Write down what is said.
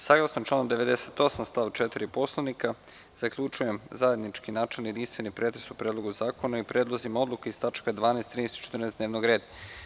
Saglasno članu 98. stav 4. Poslovnika, zaključujem zajednički načelni i jedinstveni pretres o Predlogu zakona i predlozima odluka iz tačaka 12, 13. i 14. dnevnog reda.